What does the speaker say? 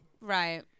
Right